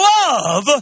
love